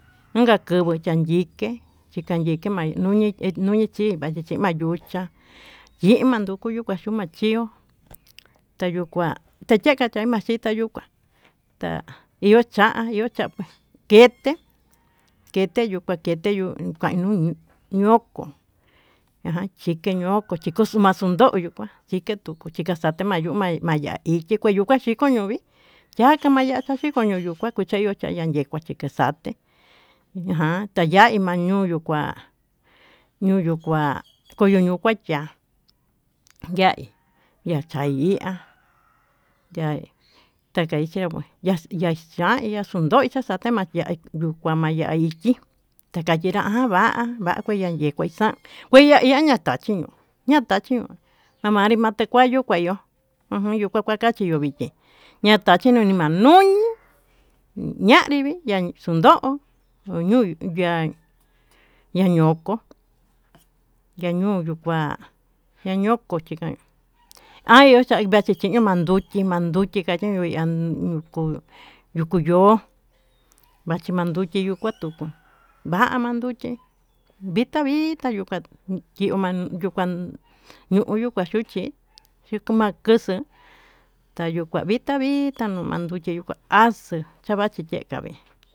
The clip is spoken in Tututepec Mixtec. Inka kunbuu xanyiké chikandike ma'a nuñi nuñichí, machichi manduchá yii manyuko kachi chuu a'a chió takukua tayii machitá yuu kuá, ta'a yió cha'a yió cha'a pues kete kete yuu kete yuu kanuño kan yokó ñajan chikendokio chiken chukenyó, nuu yuu kua chikendokió teye mayuu maya'a ike'e yike yuu kia kiken yo'o kio hí yaka mayaka chiko no'o ihó nuu kua kuu chenyo tikonoyu kua kuu cheyó cho kuanan yengua chikexaté, ña'a tayeye mangu kuá nuyuu kua kono no'o kuá ya'á yaí ya'a chaiá ya'a taka'a chenguó ya'í yachan yachondojiá chatemanjiá nduu kua'a maya'á ikii, takachinrá va'a va'a kanuu xan kue ña'a iha takachí ño'o nataxhión tamaye kuatekayu kuayo'ó ujun na'a kua kachi yo'ó vité natachi kunima nuñii, ñanriví na'a kundó nduñu ya'á ña'a ñokó ña'a yuñuu kuá ñañoko chikain ayuu chaí machichi manduu nduchi manduchi kachiñuu ñan ñuu kuu yuku yo'ó machi manduchi tuu kua yukuu va'a manduchí vivita yuu kuan yuu kuan yumanduxi yukua numakaxi tayukua vita vita manduchi yuu kua axuu xavachiche ka'a vé.